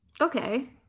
okay